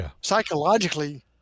psychologically